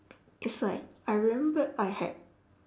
it's like I remembered I had